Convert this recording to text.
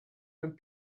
and